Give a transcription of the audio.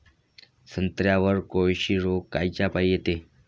संत्र्यावर कोळशी रोग कायच्यापाई येते?